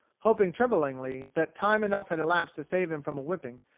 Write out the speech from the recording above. hoping tremblingly that time enough had elapsed to save him from a whipping,